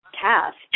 cast